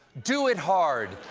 do it hard.